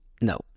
No